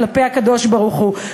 כלפי הקדוש-ברוך-הוא,